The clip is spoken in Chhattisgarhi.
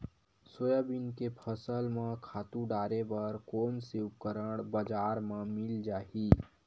सोयाबीन के फसल म खातु डाले बर कोन से उपकरण बजार म मिल जाहि?